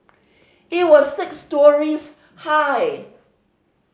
it was six storeys high